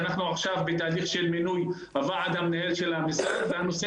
אנחנו עכשיו בתהליך של מינוי הוועד המנהל של המשרד והנושא